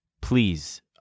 please